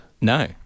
No